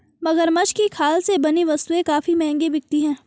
मगरमच्छ की खाल से बनी वस्तुएं काफी महंगी बिकती हैं